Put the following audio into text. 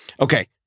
Okay